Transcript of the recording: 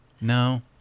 no